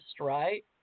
right